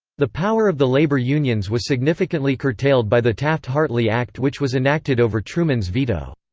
the power of the labor unions was significantly curtailed by the taft-hartley act which was enacted over truman's veto.